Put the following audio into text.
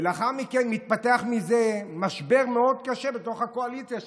ולאחר מכן מתפתח מזה משבר מאוד קשה בתוך הקואליציה שלכם.